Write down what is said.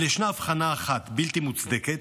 אבל ישנה הבחנה אחת בלתי מוצדקת,